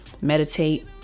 meditate